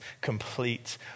complete